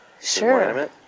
sure